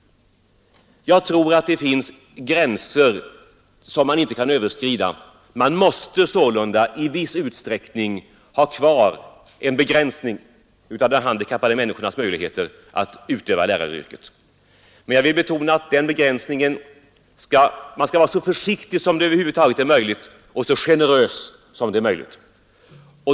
Jag tror att det finns gränser som man inte kan överskrida. Man måste sålunda i viss utsträckning ha kvar en begränsning av de handikappade människornas möjligheter att utöva läraryrket. Men jag vill betona att man vid den begränsningen skall vara så försiktig och så generös som det över huvud taget är möjligt.